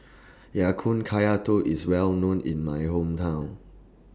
Ya Kun Kaya Toast IS Well known in My Hometown